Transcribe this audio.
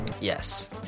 yes